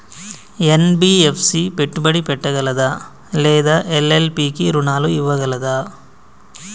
NBFC పెట్టుబడి పెట్టగలదా లేదా ఎల్.ఎల్.పి కి రుణాలు ఇవ్వగలదా?